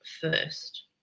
first